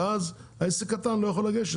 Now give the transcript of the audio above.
במצב כזה עסק קטן לא יכול לגשת,